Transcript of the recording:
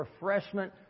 refreshment